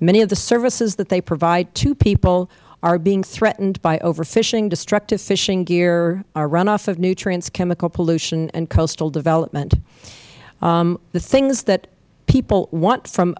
many of the services that they provide to people are being threatened by overfishing destructive fishing gear runoff of nutrients chemical pollution and coastal development the things that people want from